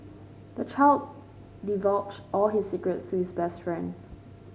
the child divulged all his secrets to his best friend